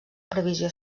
previsió